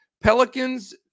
Pelicans